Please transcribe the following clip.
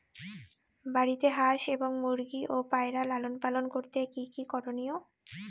বাড়িতে হাঁস এবং মুরগি ও পায়রা লালন পালন করতে কী কী করণীয়?